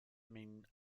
mean